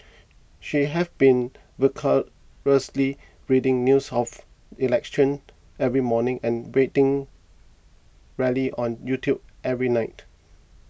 she have been voraciously reading news of election every morning and waiting rallies on YouTube every night